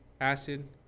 Acid